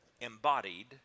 embodied